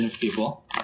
people